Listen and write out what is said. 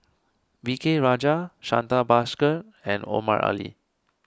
V K Rajah Santha Bhaskar and Omar Ali